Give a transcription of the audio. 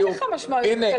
אין משמעויות כלכליות.